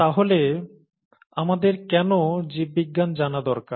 তাহলে আমাদের কেন জীববিজ্ঞান জানা দরকার